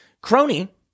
crony